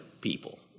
people